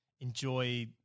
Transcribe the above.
enjoy